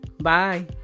Bye